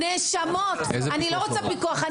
אני לא רוצה פיקוח.